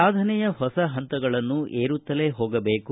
ಸಾಧನೆಯ ಹೊಸ ಹಂತಗಳನ್ನು ಏರುತ್ತಲೇ ಹೋಗಬೇಕು